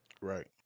right